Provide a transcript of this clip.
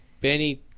Benny